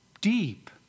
Deep